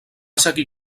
seguir